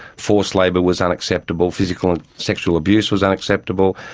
forced labour was unacceptable, physical and sexual abuse was unacceptable,